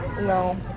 no